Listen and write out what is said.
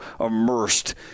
immersed